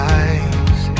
eyes